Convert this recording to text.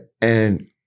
And-